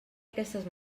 aquestes